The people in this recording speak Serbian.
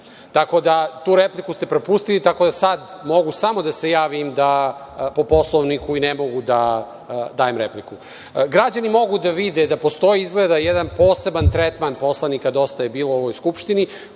Tu repliku ste propustili, tako da sad mogu samo da se javim po Poslovniku i ne mogu da dajem repliku. Građani mogu da vide da postoji jedan poseban tretman poslanika Dosta je bilo u ovoj Skupštini